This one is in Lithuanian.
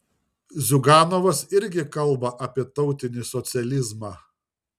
ziuganovas irgi kalba apie tautinį socializmą